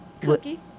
Cookie